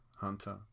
Hunter